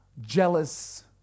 jealous